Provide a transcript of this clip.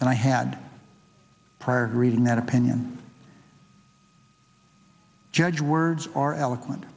and i had a prior reading that opinion judge words are eloquent